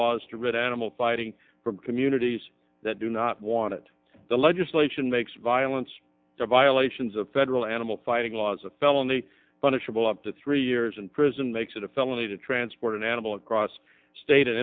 read animal fighting for communities that do not want it the legislation makes violence violations of federal animal fighting laws a felony punishable up to three years in prison makes it a felony to transport an animal across state